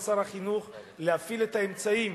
על שר החינוך להפעיל את האמצעים,